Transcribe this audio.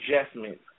adjustments